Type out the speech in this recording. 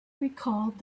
recalled